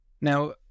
Now